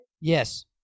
Yes